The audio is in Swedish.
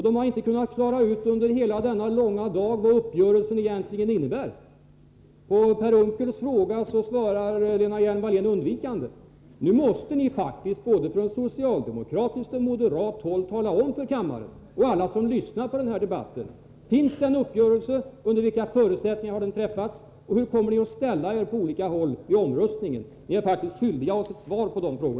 De har inte kunnat klara ut under hela denna långa dag vad uppgörelsen egentligen innebär. När Per Unckel frågar, så svarar Lena Hjelm-Wallén undvikande. Nu måste ni faktiskt från både socialdemokratiskt och moderat håll tala om för kammaren och alla dem som lyssnar på den här debatten om det finns en uppgörelse, under vilka förutsättningar den har träffats och hur ni kommer att ställa er på olika håll i omröstningen. Ni är faktiskt skyldiga oss ett svar på dessa frågor.